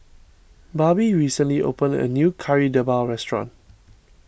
Barbie recently opened a new Kari Debal restaurant